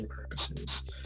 purposes